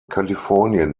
kalifornien